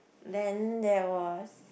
then there was